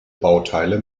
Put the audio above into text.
bauteile